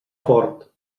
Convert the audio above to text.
fort